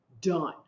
done